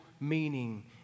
meaning